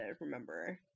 remember